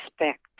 respect